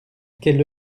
quelle